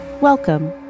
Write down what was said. Welcome